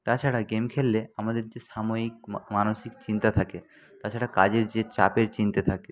তাছাড়া গেম খেললে আমাদের যে সাময়িক মানসিক চিন্তা থাকে তাছাড়া কাজের যে চাপের চিন্তা থাকে